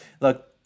look